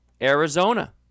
Arizona